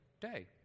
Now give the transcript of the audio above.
day